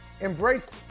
Embrace